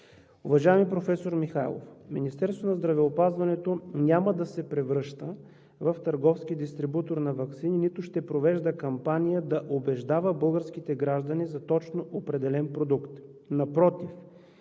Уважаеми професор Михайлов, Министерството на здравеопазването няма да се превръща в търговски дистрибутор на ваксини, нито ще провежда кампания да убеждава българските граждани за точно определен продукт. Напротив,